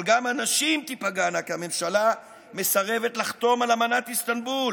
אבל גם הנשים תיפגענה כי הממשלה מסרבת לחתום על אמנת איסטנבול,